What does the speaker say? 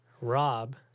Rob